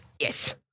Yes